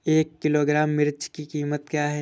एक किलोग्राम मिर्च की कीमत क्या है?